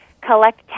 collect